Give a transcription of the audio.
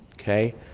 okay